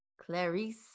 Clarice